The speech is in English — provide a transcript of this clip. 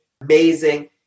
amazing